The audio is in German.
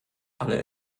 alle